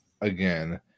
again